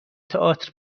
تئاتر